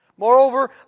Moreover